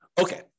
Okay